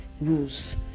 Rules